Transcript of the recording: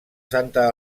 santa